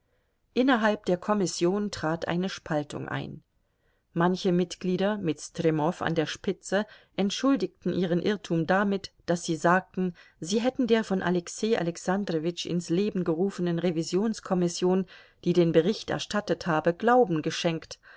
innerhalb der kommission trat eine spaltung ein manche mitglieder mit stremow an der spitze entschuldigten ihren irrtum damit daß sie sagten sie hätten der von alexei alexandrowitsch ins leben gerufenen revisionskommission die den bericht erstattet habe glauben geschenkt